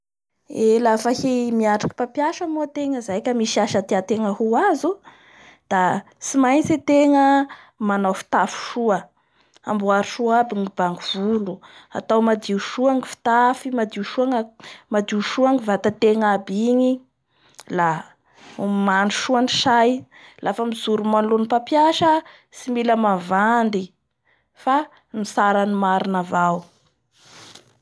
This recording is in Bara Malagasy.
Eee lafa hi-miatriky mpampiasa moa zay tegna ka lafa misy asa tiategna ho azo da tsy maintsy ategna manao fitafy soa, amboary soa aby ny bango volo, atao madio soa ny fitafy, madio soa ny ank-madio soa ny vatategna aby igny la omany soa ny say, afa mijoro manoloana ny mpampiasa tsy mila mavandy fa mitsara ny amrina avao.